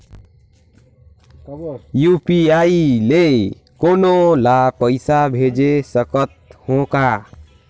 UPI ले कोनो ला पइसा भेज सकत हों का?